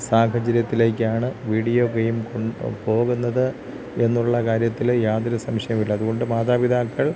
സാഹചര്യത്തിലേക്കാണ് video game പോകുന്നത് എന്നുള്ള കാര്യത്തിൽ യാതൊരു സംശയവുമില്ല അതുകൊണ്ട് മാതാപിതാക്കൾ